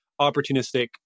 opportunistic